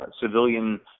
civilian